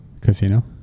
casino